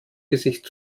gesicht